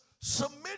submit